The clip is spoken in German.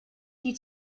die